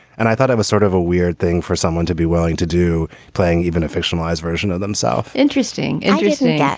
and i thought i was sort of a weird thing for someone to be willing to do, playing even a fictionalized version of themself interesting. interesting. yeah